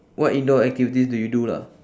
what indoor activities do you do lah